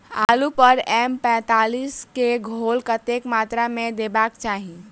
आलु पर एम पैंतालीस केँ घोल कतेक मात्रा मे देबाक चाहि?